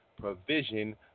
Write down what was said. provision